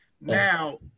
Now